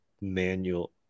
manual